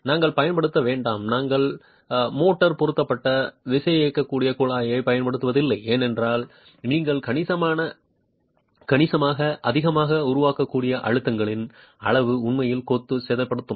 நாங்கள் பயன்படுத்த வேண்டாம் நாங்கள் மோட்டார் பொருத்தப்பட்ட விசையியக்கக் குழாய்களைப் பயன்படுத்துவதில்லை ஏனெனில் நீங்கள் கணிசமாக அதிகமாக உருவாக்கக்கூடிய அழுத்தங்களின் அளவு உண்மையில் கொத்து சேதப்படுத்தும்